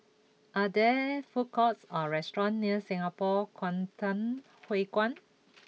are there food courts or restaurants near Singapore Kwangtung Hui Kuan